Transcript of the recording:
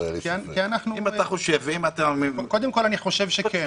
קודם כול, אני חושב שכן.